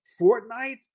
Fortnite